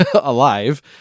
alive